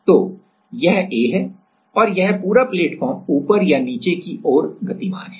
तो यह A है और यह पूरा प्लेटफॉर्म ऊपर या नीचे की ओर गतिमान है